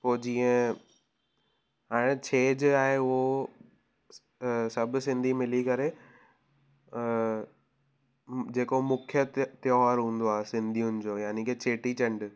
पोइ जीअं हाणे छेज आहे उहो अ सभु सिंधी मिली करे अ जेको मुख्य त त्योहारु हूंदो आहे सिंधियुनि जो यानी के चेटीचंडु